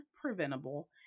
preventable